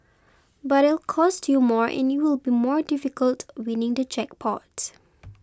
but it'll cost you more and it will be more difficult winning the jackpot